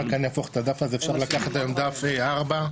אפשר לקחת דף A4,